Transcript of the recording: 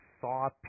saw